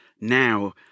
now